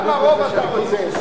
כמה רוב אתה רוצה?